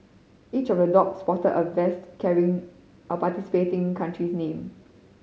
each of the dog sported a vest carrying a participating country's name